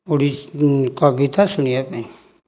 ଓଡ଼ିଶୀ କବିତା ଶୁଣିବା ପାଇଁ